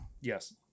Yes